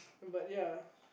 but ya